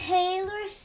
Taylor